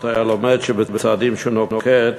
הוא היה לומד שבצעדים שהוא נוקט